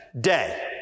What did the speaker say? day